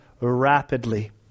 rapidly